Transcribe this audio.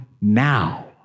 now